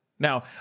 Now